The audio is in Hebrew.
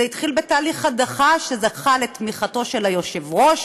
זה התחיל בתהליך הדחה שזכה לתמיכתו של היושב-ראש